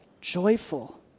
joyful